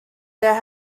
there